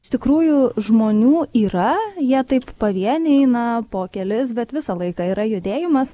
iš tikrųjų žmonių yra jie taip pavieniai eina po kelis bet visą laiką yra judėjimas